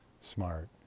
smart